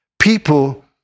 People